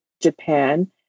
Japan